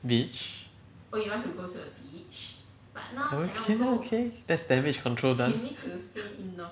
beach okay okay that's damage control done